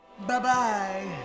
Bye-bye